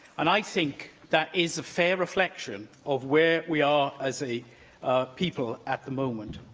and i think that is a fair reflection of where we are as a people at the moment.